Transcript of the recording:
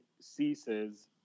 ceases